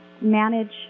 manage